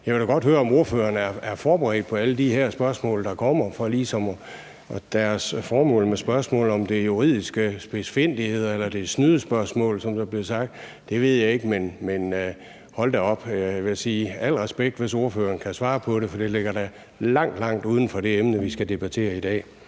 jeg vil da godt høre, om ordføreren er forberedt på alle de spørgsmål, der kommer, og formålet med dem. Om det er juridiske spidsfindigheder eller det er snydespørgsmål, som der blev sagt, ved jeg ikke, men hold da op, vil jeg sige, og al respekt for det, hvis ordføreren kan svare på det. For det ligger da langt, langt uden for det emne, vi skal debattere i dag.